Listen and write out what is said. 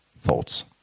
thoughts